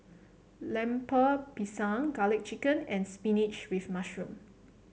Lemper Pisang garlic chicken and spinach with mushroom